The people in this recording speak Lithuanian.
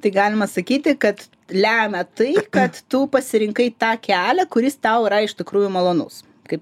tai galima sakyti kad lemia tai kad tu pasirinkai tą kelią kuris tau yra iš tikrųjų malonus kaip